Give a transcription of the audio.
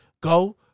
go